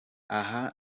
aha